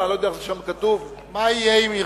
אני לא